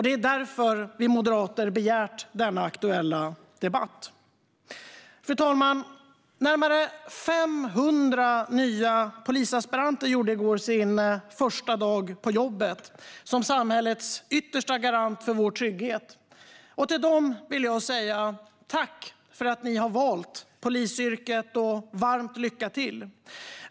Det är därför vi moderater har begärt denna aktuella debatt. Fru talman! Närmare 500 nya polisaspiranter gjorde i går sin första dag på jobbet som samhällets yttersta garant för vår trygghet. Till dem vill jag säga: Tack för att ni har valt polisyrket, och varmt lycka till!